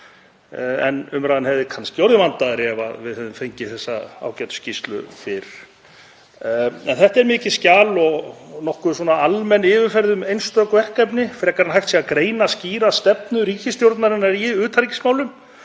en umræðan hefði kannski orðið vandaðri ef við hefðum fengið þessa ágætu skýrslu fyrr. Þetta er mikið skjal og nokkuð almenn yfirferð um einstök verkefni frekar en að hægt sé að greina skýra stefnu ríkisstjórnarinnar í utanríkismálum.